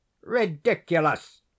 ridiculous